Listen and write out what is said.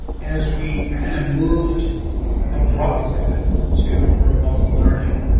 as we kind of moved abruptly to remote learning,